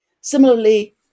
Similarly